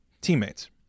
teammates